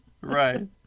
Right